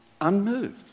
unmoved